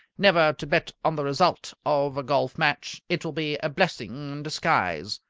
never to bet on the result of a golf-match, it will be a blessing in disguise.